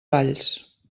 valls